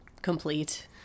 Complete